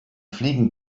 fliegen